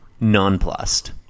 nonplussed